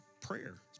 prayer